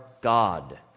God